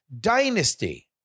dynasty